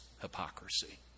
Hypocrisy